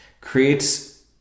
creates